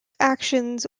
actions